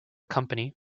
company